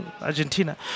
Argentina